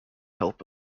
help